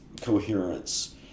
coherence